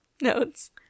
notes